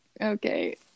okay